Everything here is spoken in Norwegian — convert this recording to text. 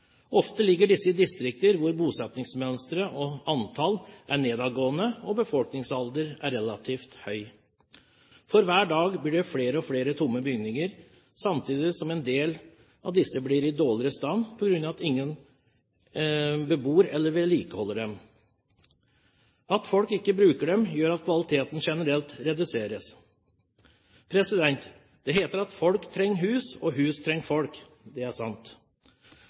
Ofte ligger disse i distrikter hvor bosettingsmønsteret og antall er nedadgående, og befolkningsalder er relativt høy. For hver dag blir det flere og flere tomme bygninger, samtidig som en del av disse blir i dårligere stand på grunn av at ingen bebor eller vedlikeholder dem. At folk ikke bruker dem, gjør at kvaliteten generelt reduseres. Det heter at folk trenger hus, og hus trenger folk. Det er sant.